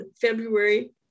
February